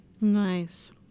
Nice